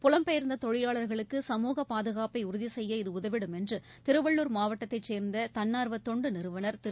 புலம்பெயர்ந்த தொழிலாளர்களுக்கு சமூக பாதுகாப்பை உறுதி செய்ய இது உதவிடும் என்று திருவள்ளூர் மாவட்டத்தைச் சேர்ந்த தன்னார்வ தொண்டு நிறுவனர் திரு